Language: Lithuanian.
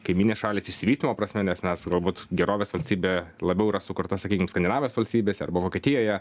kaimynės šalys išsivystymo prasme nes mes galbūt gerovės valstybė labiau yra sukurta sakykim skandinavijos valstybėse arba vokietijoje